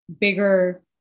bigger